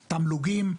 תמלוגים,